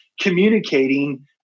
communicating